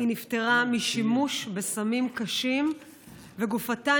היא נפטרה משימוש בסמים קשים וגופתה